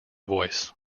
voice